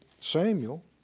Samuel